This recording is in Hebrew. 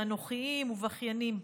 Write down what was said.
אנוכיים ובכיינים.